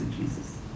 Jesus